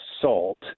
salt